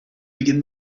begin